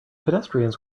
pedestrians